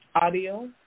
audio